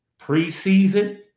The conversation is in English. preseason